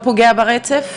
לא פוגע ברצף.